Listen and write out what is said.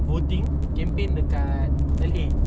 ah emotions and also the data collection